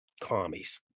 commies